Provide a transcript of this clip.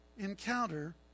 encounter